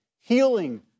healing